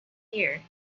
here